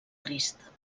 crist